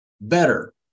better